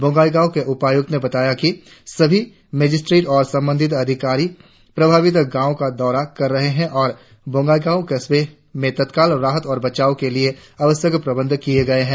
बोगाईगांव के उपायुक्त ने बताया कि सभी मजिस्ट्रेट और संबंधित अधिकारी प्रभावित गांवों का दौरा कर रहे है और बोगईगांव कस्बे में तत्काल राहत और बचाव के लिए आवश्यक प्रबंध किए गए हैं